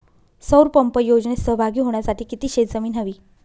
सौर पंप योजनेत सहभागी होण्यासाठी किती शेत जमीन हवी?